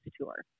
tour